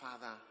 Father